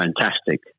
fantastic